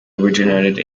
originated